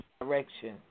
direction